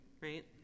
right